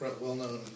well-known